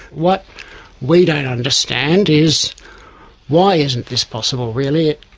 what we don't understand is why isn't this possible really?